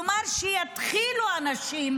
כלומר שיתחילו אנשים